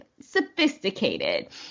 sophisticated